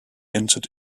entered